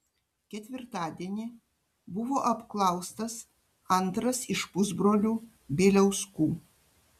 ketvirtadienį buvo apklaustas antras iš pusbrolių bieliauskų